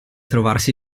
trovarsi